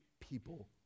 people